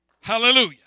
Hallelujah